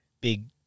Big